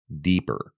deeper